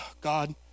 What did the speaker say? God